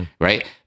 right